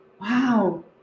wow